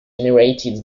generated